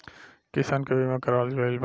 किसान के बीमा करावल गईल बा